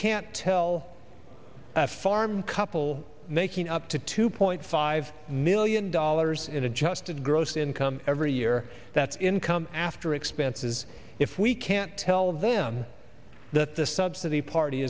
can't tell a farm couple making up to two point five million dollars in adjusted gross income every year that's income after expenses if we can't tell them that the subsidy party